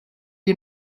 you